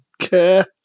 care